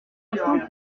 instant